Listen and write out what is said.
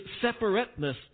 separateness